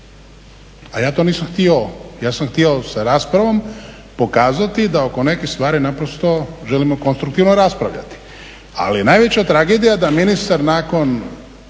A ja to nisam htio, ja sam htio sa raspravom pokazati da oko nekih stvari naprosto želimo konstruktivno raspravljati. Ali je najveća tragedija da ministar nakon,